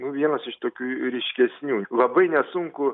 nu vienas iš tokių ryškesnių labai nesunku